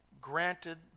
granted